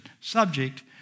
subject